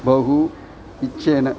बहु इच्छेन